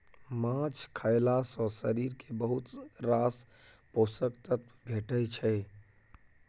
माछ खएला सँ शरीर केँ बहुत रास पोषक तत्व भेटै छै